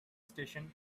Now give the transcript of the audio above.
station